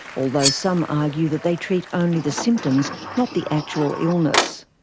although some argue that they treat only the symptoms, not the actual illness.